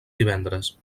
divendres